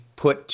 put